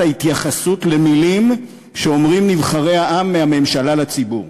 ההתייחסות למילים שאומרים נבחרי העם מהממשלה לציבור?